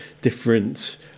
different